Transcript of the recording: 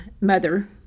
mother